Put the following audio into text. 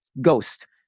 ghost